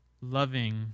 loving